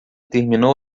terminou